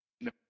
No